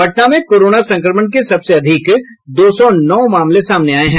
पटना में कोरोना संक्रमण के सबसे अधिक दो सौ नौ मामले सामने आये हैं